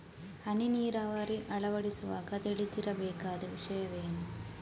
ಹನಿ ನೀರಾವರಿ ಅಳವಡಿಸುವಾಗ ತಿಳಿದಿರಬೇಕಾದ ವಿಷಯವೇನು?